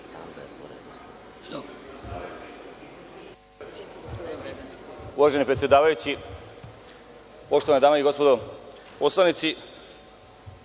Uvaženi predsedavajući, poštovane dame i gospodo poslanici,